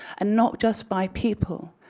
and not just by people.